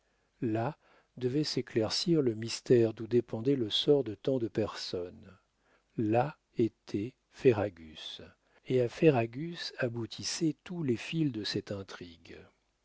là devait s'éclaircir le mystère d'où dépendait le sort de tant de personnes là était ferragus et à ferragus aboutissaient tous les fils de cette intrigue